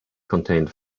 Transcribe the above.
contained